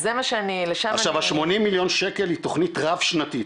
עכשיו ה-80 מיליון שקל היא תוכנית רב-שנתית,